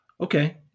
Okay